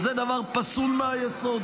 וזה דבר פסול מהיסוד.